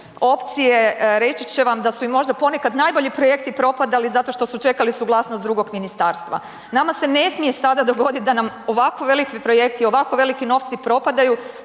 opcije, reći će vam da su im možda ponekad najbolji projekti propadali zato što su čekali suglasnost drugog ministarstva. Nama se ne smije sada dogodit da nam ovako veliki projekti, ovako velike novci propadaju